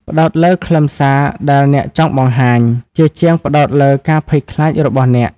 ផ្តោតលើខ្លឹមសារដែលអ្នកចង់បង្ហាញ ជាជាងផ្តោតលើការភ័យខ្លាចរបស់អ្នក។